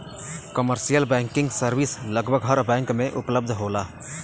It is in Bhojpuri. कमर्शियल बैंकिंग सर्विस लगभग हर बैंक में उपलब्ध होला